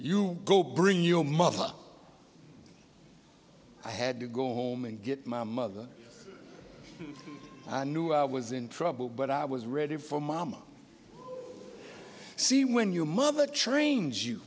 you go bring your mother i had to go home and get my mother knew i was in trouble but i was ready for mama c when your mother trains you